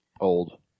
Old